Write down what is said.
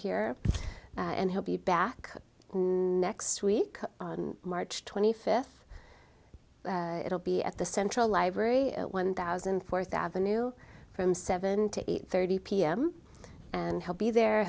here and he'll be back next week on march twenty fifth it'll be at the central library one thousand fourth avenue from seven to eight thirty pm and he'll be there